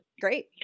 Great